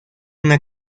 una